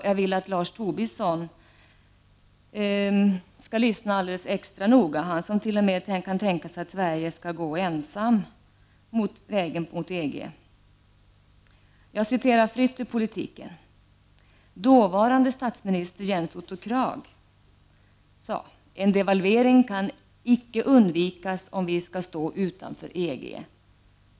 Jag vill att Lars Tobisson skall lyssna alldeles extra noga — han som till och med kan tänka sig att Sverige ensamt skall gå vägen mot EG. Jag citerar fritt ur Politiken: Dåvarande statsministern Jens Otto Krag sade: ”En devalvering kan icke undvikas om vi skall stå utanför EG.